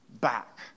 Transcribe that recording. back